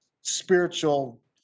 spiritual